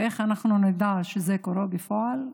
ואיך אנחנו נדע שזה קורה בפועל?